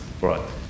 right